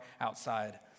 outside